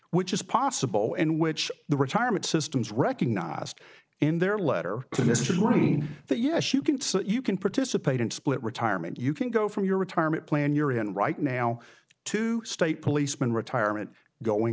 which is possible and which the retirement systems recognized in their letter to mr that yes you can you can participate in split retirement you can go from your retirement plan you're in right now to state policeman retirement going